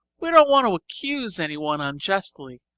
we don't want to accuse anyone unjustly,